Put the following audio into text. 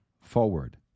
forward